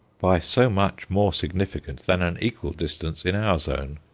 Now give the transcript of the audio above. by so much more significant than an equal distance in our zone.